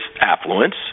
affluence